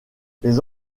les